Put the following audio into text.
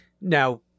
Now